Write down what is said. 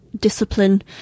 discipline